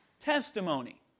Testimony